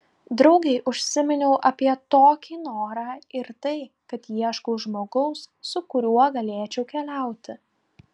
draugei užsiminiau apie tokį norą ir tai kad ieškau žmogaus su kuriuo galėčiau keliauti